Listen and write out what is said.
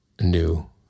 new